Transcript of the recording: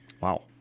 Wow